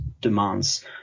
demands